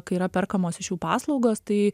kai yra perkamos iš jų paslaugos tai